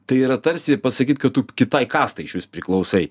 tai yra tarsi pasakyt kad tu kitai kastai priklausai